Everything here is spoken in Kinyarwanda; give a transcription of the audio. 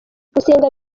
gusenga